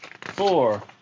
four